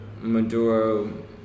Maduro